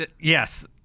Yes